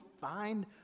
find